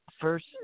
first